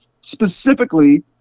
specifically